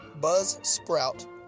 buzzsprout